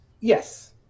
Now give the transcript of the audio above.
Yes